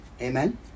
Amen